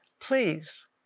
please